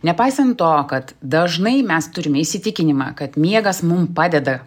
nepaisant to kad dažnai mes turime įsitikinimą kad miegas mum padeda